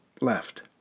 left